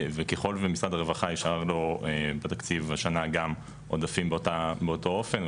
וככל ומשרד הרווחה יישאר לו בתקציב השנה גם עודפים באותו אופן,